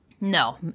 No